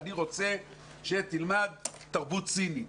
אני רוצה שתלמד תרבות סינית.